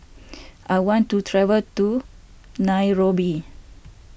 I want to travel to Nairobi